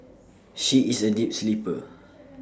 she is A deep sleeper